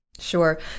Sure